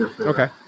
Okay